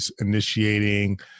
initiating